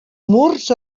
murs